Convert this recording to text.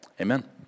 amen